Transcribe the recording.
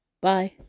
Bye